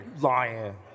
lying